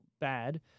Bad